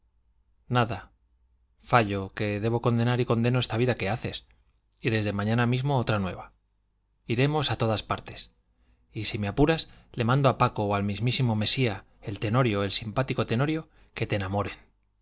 nada fallo que debo condenar y condeno esta vida que haces y desde mañana mismo otra nueva iremos a todas partes y si me apuras le mando a paco o al mismísimo mesía el tenorio el simpático tenorio que te enamoren